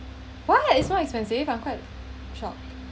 what it's not expensive I'm quite shock